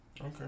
Okay